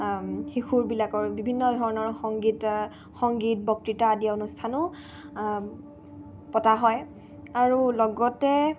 শিশুৰবিলাকৰ বিভিন্ন ধৰণৰ সংগীত সংগীত বক্তৃতা আদি অনুষ্ঠানো পতা হয় আৰু লগতে